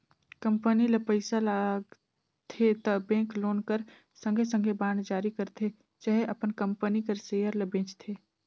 company ल पइसा लागथे त बेंक लोन कर संघे संघे बांड जारी करथे चहे अपन कंपनी कर सेयर ल बेंचथे